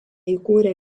įkūrė